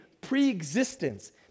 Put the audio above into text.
pre-existence